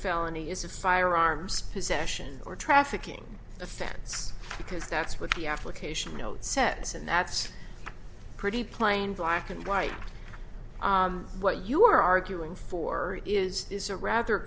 felony is a firearms possession or trafficking offense because that's what the application note says and that's pretty plain black and white what you're arguing for is is a rather